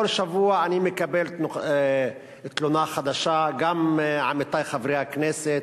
כל שבוע אני מקבל תלונה חדשה גם מעמיתי חברי הכנסת.